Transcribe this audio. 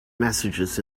messages